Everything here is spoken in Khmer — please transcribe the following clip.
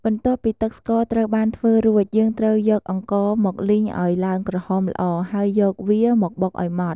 បន្ទាប់ពីទឹកស្ករត្រូវបានធ្វើរួច យើងត្រូវយកអង្ករមកលីងឱ្យឡើងក្រហមល្អ ហើយយកវាមកបុកឱ្យម៉ដ្ឋ។